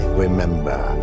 remember